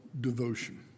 devotion